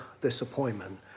disappointment